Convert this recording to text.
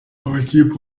amakipe